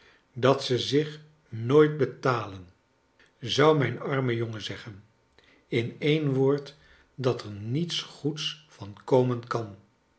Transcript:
dat ze zich nooit betalen zou mijn arme jongen zeggen in een woord dat er niets goeds van komen kan